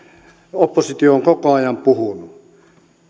oppositio on koko ajan puhunut